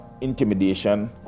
intimidation